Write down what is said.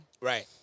Right